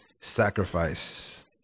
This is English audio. sacrifice